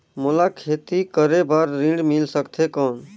मोला खेती करे बार ऋण मिल सकथे कौन?